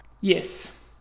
Yes